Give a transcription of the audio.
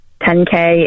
10k